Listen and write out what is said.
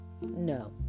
No